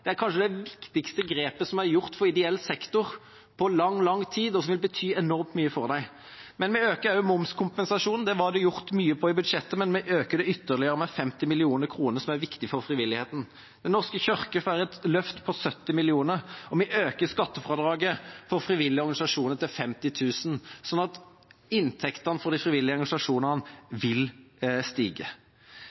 Det er kanskje det viktigste grepet som er gjort for ideell sektor på lang tid, og som vil bety enormt mye for dem. Men vi øker også momskompensasjonen. Den var det gjort mye på i budsjettet, men vi øker den ytterligere med 50 mill. kr, som er viktig for frivilligheten. Den norske kirke får et løft på 70 mill. kr, og vi øker skattefradraget for frivillige organisasjoner til 50 000, slik at inntektene for de frivillige organisasjonene vil stige.